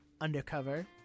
undercover